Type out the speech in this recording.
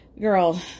Girl